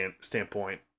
standpoint